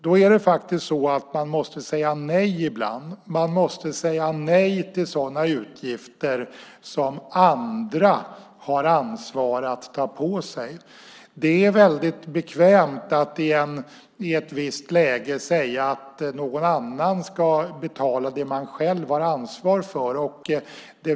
Då måste man ibland säga nej. Man måste säga nej till sådana utgifter som andra har ansvar att ta på sig. Det är väldigt bekvämt att i ett visst läge säga att någon annan ska betala det man själv har ansvar för.